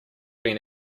been